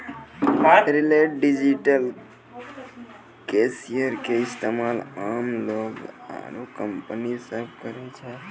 retail digital currency के इस्तेमाल आम लोग आरू कंपनी सब करै छै